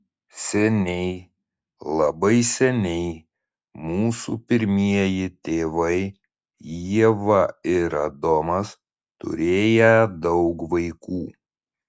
seniai labai seniai mūsų pirmieji tėvai ieva ir adomas turėję daug vaikų